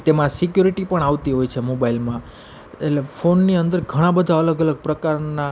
તેમાં સિક્યોરીટી પણ આવતી હોય છે મોબાઇલમાં એટલે ફોનની અંદર ઘણા બધા અલગ અલગ પ્રકારના